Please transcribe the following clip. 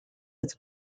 its